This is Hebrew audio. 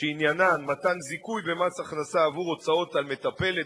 שעניינן מתן זיכוי במס הכנסה עבור הוצאות על מטפלת,